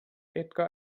edgar